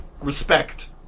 Respect